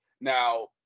Now